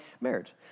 marriage